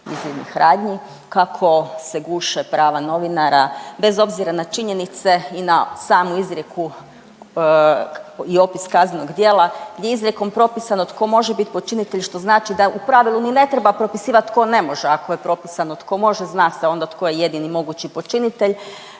izvidnih radnji, kako se guše prava novinara bez obzira na činjenice i na samu izrijeku i opis kaznenog djela gdje je izrijekom propisano tko može bit počinitelj što znači da u pravilu ni ne treba propisivat tko ne može. Ako je propisano tko može, zna se onda tko je jedini mogući počinitelj.